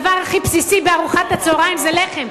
הדבר הכי בסיסי בארוחת הצהריים זה לחם.